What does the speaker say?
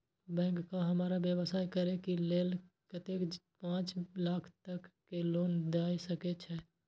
Bank का हमरा व्यवसाय करें के लेल कतेक पाँच लाख तक के लोन दाय सके छे?